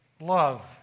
love